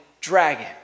dragon